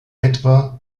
etwa